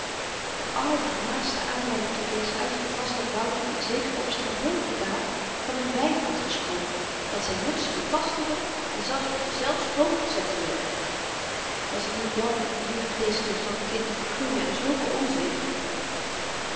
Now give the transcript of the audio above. de allernaaste aanleiding tot dezen uitroep was dat wouter in zeker opstel heel kordaat van n wyf had gesproken dat zyn muts betastede en op deszelfs hoofd zettede was t niet jammer de lieve geestdrift van t kind te verknoeien aan zulken onzin